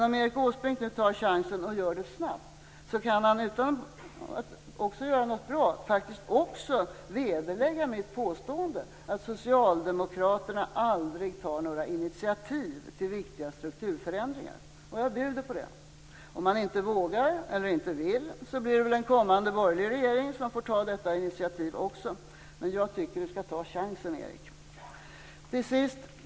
Om Erik Åsbrink nu tar chansen och gör det snabbt kan han förutom att göra något bra faktiskt också vederlägga mitt påstående att Socialdemokraterna aldrig tar några initiativ till viktiga strukturförändringar. Jag bjuder på det. Om han inte vågar eller inte vill blir det väl en kommande borgerlig regering som får ta detta initiativ också. Men jag tycker att Erik Åsbrink skall ta chansen. Till sist.